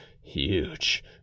huge